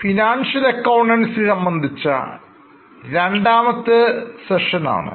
ഇത് financial accountancy സംബന്ധിച്ച് രണ്ടാമത്തെ സെക്ഷൻ ആണ്